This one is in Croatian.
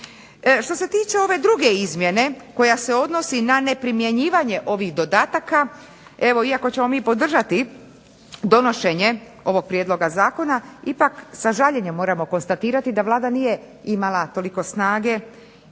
Šta se tiče ove druge izmjene koja se odnosi na neprimjenjivanje ovih dodataka, evo iako ćemo mi podržati donošenje ovog prijedloga zakona, ipak sa žaljenjem moramo konstatirati da Vlada nije imala toliko snage